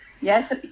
Yes